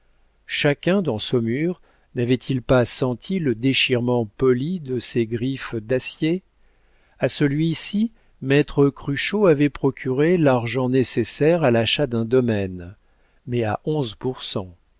chacun dans saumur n'avait-il pas senti le déchirement poli de ses griffes d'acier à celui-ci maître cruchot avait procuré l'argent nécessaire à l'achat d'un domaine mais à onze